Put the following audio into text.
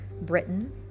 Britain